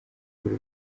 muri